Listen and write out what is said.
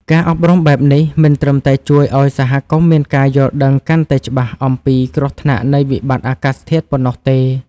ការអប់រំបែបនេះ មិនត្រឹមតែជួយឱ្យសហគមន៍មានការយល់ដឹងកាន់តែច្បាស់អំពីគ្រោះថ្នាក់នៃវិបត្តិអាកាសធាតុប៉ុណ្ណោះទេ។